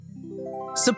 Support